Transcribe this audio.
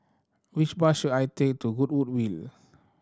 which bus should I take to Goodwood We